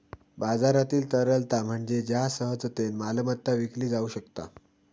बाजारातील तरलता म्हणजे ज्या सहजतेन मालमत्ता विकली जाउ शकता